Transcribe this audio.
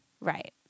Right